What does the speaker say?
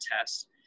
test